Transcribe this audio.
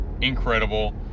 Incredible